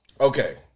Okay